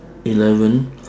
eleven